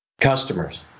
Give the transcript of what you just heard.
Customers